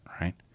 right